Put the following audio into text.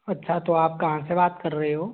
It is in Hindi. अच्छा तो आप कहाँ से बात कर रहे हो